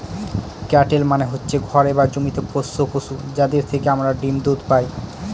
cattle মানে হচ্ছে ঘরে বা জমিতে পোষ্য পশু, যাদের থেকে আমরা ডিম দুধ পায়